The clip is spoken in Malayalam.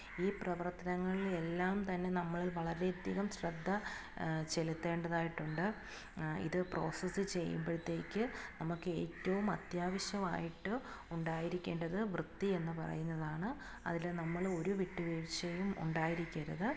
ഈ പ്രവർത്തനങ്ങളിൽ എല്ലാം തന്നെ നമ്മൾ വളരെയധികം ശ്രദ്ധ ചെലുത്തേണ്ടതായിട്ടുണ്ട് ഇത് പ്രോസസ്സ് ചെയ്യുമ്പോഴത്തേക്ക് നമുക്കേറ്റവും അത്യാവശ്യമായിട്ട് ഉണ്ടായിരിക്കേണ്ടത് വൃത്തി എന്നു പറയുന്നതാണ് അതിൽ നമ്മൾ ഒരു വിട്ടുവീഴ്ച്ചയും ഉണ്ടായിരിക്കരുത്